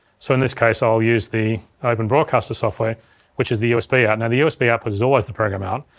so in this case i'll use the open broadcaster software which is the usb out, now and the usb output is always the program out,